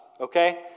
okay